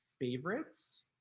favorites